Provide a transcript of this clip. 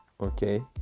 Okay